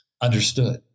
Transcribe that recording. understood